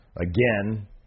Again